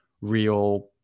real